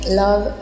love